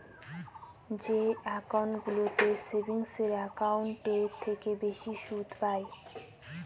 যে একাউন্টগুলোতে সেভিংস একাউন্টের থেকে বেশি সুদ পাই